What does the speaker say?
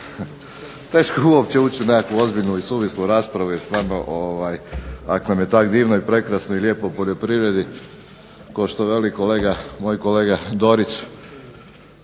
teško je uopće ući u nekakvu ozbiljnu i suvislu raspravu jer stvarno ovaj ak vam je tak divno i prekrasno i lijepo u poljoprivredi kao što veli moj kolega Dorić